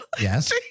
Yes